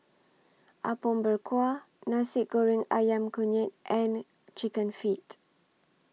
Apom Berkuah Nasi Goreng Ayam Kunyit and Chicken Feet